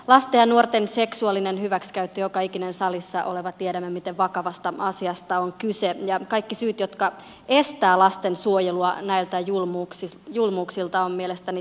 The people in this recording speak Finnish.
lasten ja nuorten seksuaalinen hyväksikäyttö me joka ikinen salissa oleva tiedämme miten vakavasta asiasta on kyse ja kaikki syyt jotka estävät lasten suojelua näiltä julmuuksilta ovat mielestäni tekosyitä